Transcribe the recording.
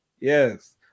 Yes